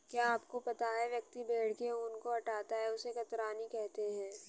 क्या आपको पता है व्यक्ति भेड़ के ऊन को हटाता है उसे कतरनी कहते है?